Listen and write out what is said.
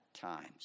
times